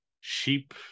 sheep